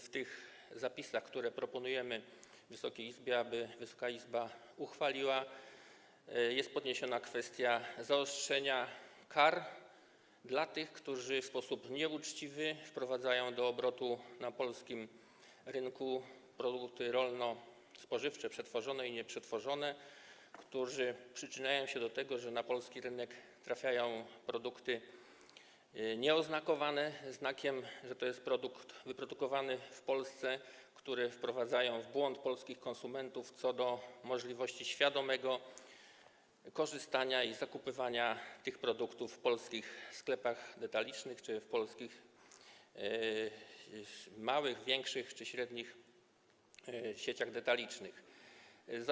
W tych zapisach, które proponujemy Wysokiej Izbie, aby je uchwaliła, jest podniesiona kwestia zaostrzenia kar dla tych, którzy w sposób nieuczciwy wprowadzają do obrotu na polskim rynku produkty rolno-spożywcze przetworzone i nieprzetworzone, którzy przyczyniają się do tego, że na polski rynek trafiają produkty nieoznakowane znakiem wskazującym, że to jest produkt wyprodukowany w Polsce, którzy wprowadzają w błąd polskich konsumentów co do możliwości świadomego korzystania z takich produktów w polskich sklepach detalicznych czy w polskich małych, większych czy średnich sieciach detalicznych i zakupywania takich produktów.